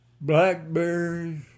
blackberries